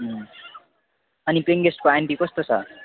अनि पेयिङगेस्टको आन्टी कस्तो छ